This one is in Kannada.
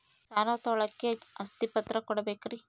ಸಾಲ ತೋಳಕ್ಕೆ ಆಸ್ತಿ ಪತ್ರ ಕೊಡಬೇಕರಿ?